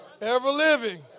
ever-living